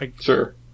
Sure